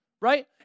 right